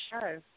show